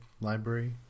library